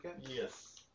Yes